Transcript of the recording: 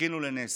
חיכינו לנס,